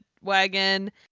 wagon